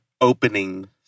opening